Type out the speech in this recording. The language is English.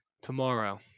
Tomorrow